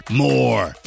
more